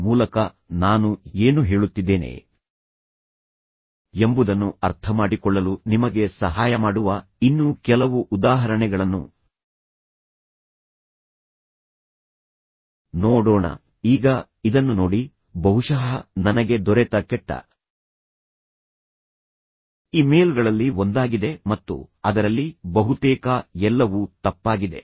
ಈಗ ಉತ್ತಮ ಇಮೇಲ್ಗಳನ್ನು ಕಳುಹಿಸುವ ಮೂಲಕ ನಾನು ಏನು ಹೇಳುತ್ತಿದ್ದೇನೆ ಎಂಬುದನ್ನು ಅರ್ಥಮಾಡಿಕೊಳ್ಳಲು ನಿಮಗೆ ಸಹಾಯ ಮಾಡುವ ಇನ್ನೂ ಕೆಲವು ಉದಾಹರಣೆಗಳನ್ನು ನೋಡೋಣ ಈಗ ಇದನ್ನು ನೋಡಿ ಬಹುಶಃ ನನಗೆ ದೊರೆತ ಕೆಟ್ಟ ಇಮೇಲ್ಗಳಲ್ಲಿ ಒಂದಾಗಿದೆ ಮತ್ತು ಅದರಲ್ಲಿ ಬಹುತೇಕ ಎಲ್ಲವೂ ತಪ್ಪಾಗಿದೆ